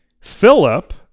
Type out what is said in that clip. Philip